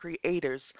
creators